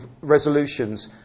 resolutions